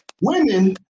women